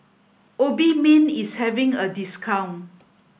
Obimin is having a discount